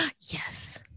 Yes